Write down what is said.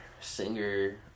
singer